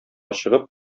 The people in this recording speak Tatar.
чыгып